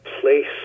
place